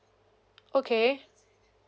okay